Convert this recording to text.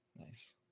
Nice